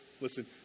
listen